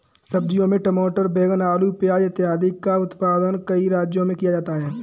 सब्जियों में टमाटर, बैंगन, आलू, प्याज इत्यादि का उत्पादन कई राज्यों में किया जाता है